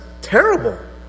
terrible